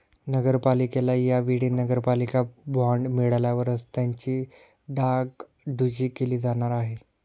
नगरपालिकेला या वेळी नगरपालिका बॉंड मिळाल्यावर रस्त्यांची डागडुजी केली जाणार आहे